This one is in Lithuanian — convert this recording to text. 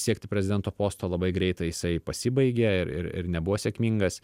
siekti prezidento posto labai greitai jisai pasibaigė ir ir ir nebuvo sėkmingas